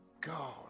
God